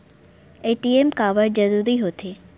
ATM काबर जरूरी हो थे?